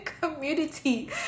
community